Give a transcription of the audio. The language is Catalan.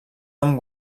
amb